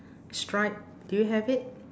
stripe do you have it